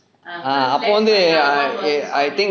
ah ah அப்போ வந்து:appo vanthu I think